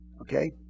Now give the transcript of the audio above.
Okay